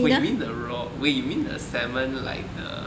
wait you mean the raw you mean the salmon like the